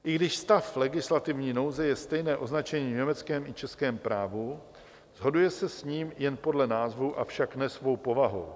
I když stav legislativní nouze je stejné označení v německém i v českém právu, shoduje se s ním jen podle názvu, avšak ne svou povahou.